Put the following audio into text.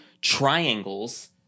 triangles